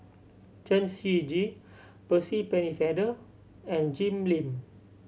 Chen Shiji Percy Pennefather and Jim Lim